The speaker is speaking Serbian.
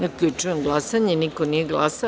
Zaključujem glasanje: niko nije glasao.